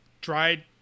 dried